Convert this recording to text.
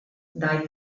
dai